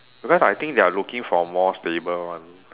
because I think they are looking for more stable one